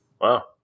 Wow